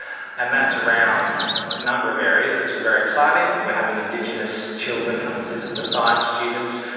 and that's around a number of areas, which is very exciting. we are having indigenous children come and visit the site, students,